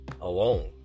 alone